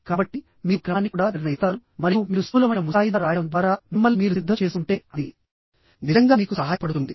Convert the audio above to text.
కాబట్టి మీరు క్రమాన్ని కూడా నిర్ణయిస్తారు మరియు మీరు స్థూలమైన ముసాయిదా రాయడం ద్వారా మిమ్మల్ని మీరు సిద్ధం చేసుకుంటే అది నిజంగా మీకు సహాయపడుతుంది